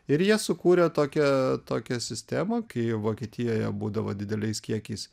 ir jie sukūrė tokią tokią sistemą kai vokietijoje būdavo dideliais kiekiais